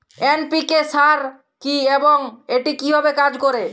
NPK সার কি এবং এটি কিভাবে কাজ করে?